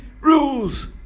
rules